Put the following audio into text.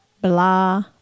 blah